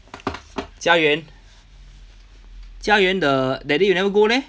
佳园佳园 the that day you never go leh